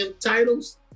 titles